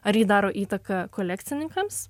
ar ji daro įtaką kolekcininkams